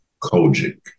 kojic